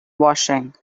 washing